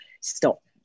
stop